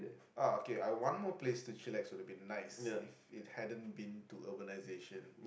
ah okay I have one more place to chillax would have been nice if it hadn't been to urbanization